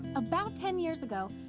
about ten years ago,